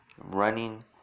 Running